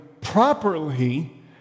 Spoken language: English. properly